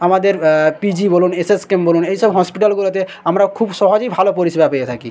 আমাদের পিজি বলুন এসএসকেএম বলুন এই সব হসপিটালগুলোতে আমরা খুব সহজেই ভালো পরিষেবা পেয়ে থাকি